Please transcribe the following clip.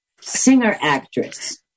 singer-actress